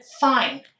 fine